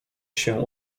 się